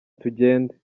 tugende